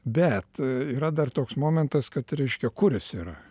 bet yra dar toks momentas kad reiškia kuris jis yra